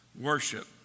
worship